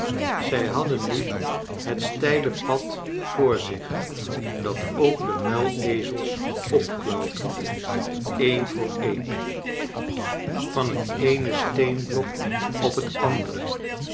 zij hadden nu het steile pad voor zich dat ook de muilezels opklouterden een voor een van het charles dickens eene steenblok op het andere